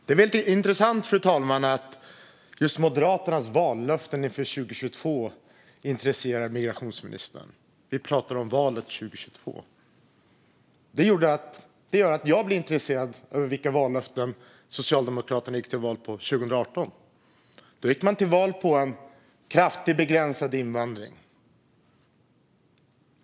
Det är intressant att just Moderaternas vallöften inför 2022 intresserar migrationsministern, fru talman. Det är valet 2022 vi pratar om. Det gjorde mig intresserad av vilka vallöften Socialdemokraterna gick till val på 2018. Man gick till val på att man ville ha kraftigt begränsad invandring.